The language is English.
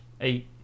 Eight